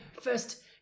first